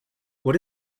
what